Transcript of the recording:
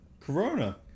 Corona